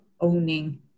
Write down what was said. owning